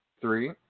Three